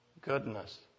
goodness